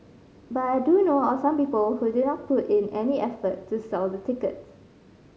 but I do know of some people who did not put in any effort to sell the tickets